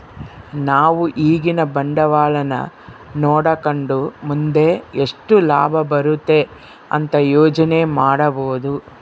ನಾವು ಈಗಿನ ಬಂಡವಾಳನ ನೋಡಕಂಡು ಮುಂದೆ ಎಷ್ಟು ಲಾಭ ಬರುತೆ ಅಂತ ಯೋಚನೆ ಮಾಡಬೋದು